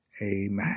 Amen